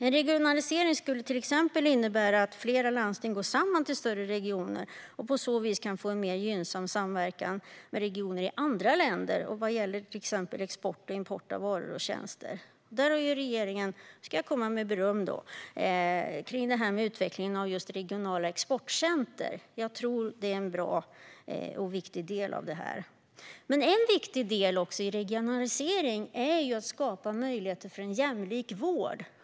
En regionalisering skulle till exempel innebära att flera landsting går samman till större regioner och på så vis kan få en mer gynnsam samverkan med regioner i andra länder vad gäller till exempel export och import av varor och tjänster. I detta sammanhang ska jag komma med beröm till regeringen när det gäller utvecklingen av regionala exportcentrum. Jag tror att det är en bra och viktig del av detta. En viktig del i regionaliseringen är att skapa möjligheter för en jämlik vård.